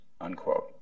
unquote